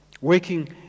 Working